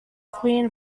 queen